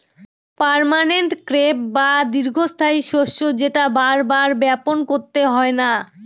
permanent crop বা দীর্ঘস্থায়ী শস্য যেটা বার বার বপন করতে হয় না